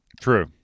True